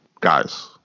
guys